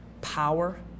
power